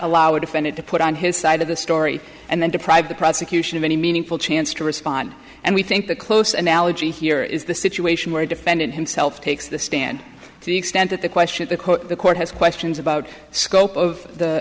allow a defendant to put on his side of the story and then deprive the prosecution of any meaningful chance to respond and we think the close an allergy here is the situation where a defendant himself takes the stand to the extent that the question to the court has questions about scope of the